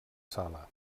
sala